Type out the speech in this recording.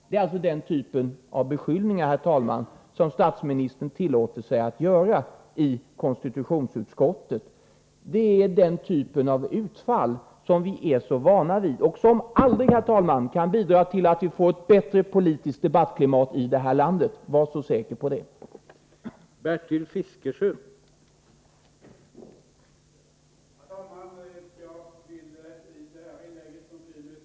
Det är alltså denna typ av beskyllningar som statsministern tillåter sig att göra i konstitutionsutskottet. Det är denna typ av utfall som vi är vana vid och som aldrig kan bidra till att vi får ett bättre politiskt debattklimat i det här landet — var så säker på det, herr talman!